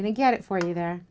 going to get it for you there